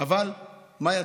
אבל מה יצא?